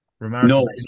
no